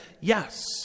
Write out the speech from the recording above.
yes